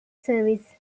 service